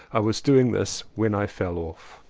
i was doing this when i fell off.